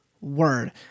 Word